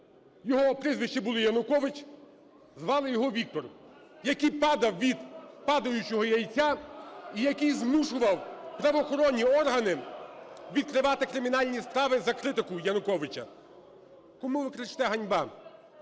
Його прізвище було Янукович, звали його Віктор, який падав від падаючого яйця і який змушував правоохоронні органи відкривати кримінальні справи за критику Януковича. (Шум у залі) Кому ви кричите "ганьба"?